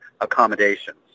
accommodations